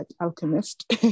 Alchemist